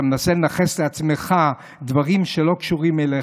אתה מנסה לנכס לעצמך דברים שלא קשורים אליך.